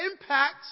impact